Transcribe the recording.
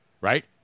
right